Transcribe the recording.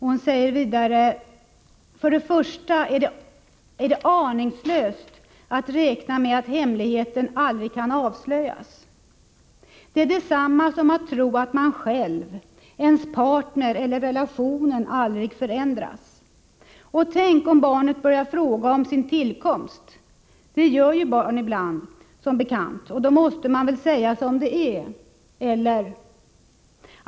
Hon säger vidare: ”För det första är det aningslöst att räkna med att hemligheten aldrig kan avslöjas. Det är detsamma som att tro att man själv, ens partner eller relationen aldrig förändras. Och tänk om barnet börjar fråga om sin tillkomst — det gör ju barn ibland, som bekant — då måste man väl säga som det är. Eller?